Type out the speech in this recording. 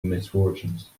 misfortunes